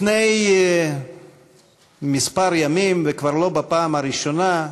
לפני כמה ימים, וכבר לא בפעם הראשונה,